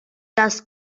das